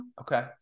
okay